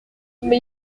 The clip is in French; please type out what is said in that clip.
mais